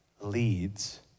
leads